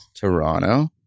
Toronto